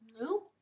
No